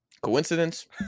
Coincidence